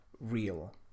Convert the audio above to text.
real